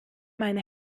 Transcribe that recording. meine